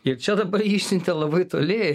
ir čia dabar jį išsiuntė labai toli